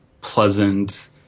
pleasant